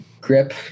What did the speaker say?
grip